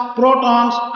protons